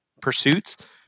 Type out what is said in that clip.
pursuits